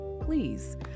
Please